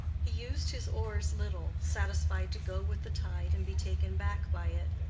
he used his oars little, satisfied to go with the tide and be taken back by it.